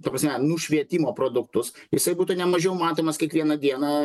ta prasme nušvietimo produktus jisai būtų ne mažiau matomas kiekvieną dieną